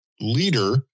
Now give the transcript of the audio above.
leader